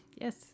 Yes